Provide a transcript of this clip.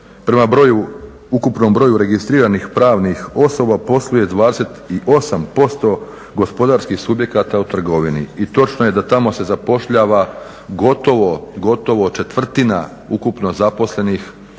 broju, ukupnom broju registriranih pravnih osoba posluje 28% gospodarskih subjekata u trgovini. I točno je da tamo se zapošljava gotovo četvrtina ukupno zaposlenih